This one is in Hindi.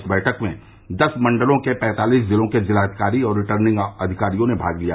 इस बैठक में दस मंडल के पैंतालीस जिलों के जिलाधिकारी और रिटर्निंग अधिकारियों ने भाग लिया